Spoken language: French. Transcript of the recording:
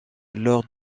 lors